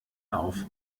auf